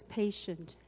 patient